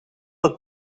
het